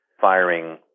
firing